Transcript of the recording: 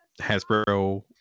Hasbro